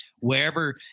Wherever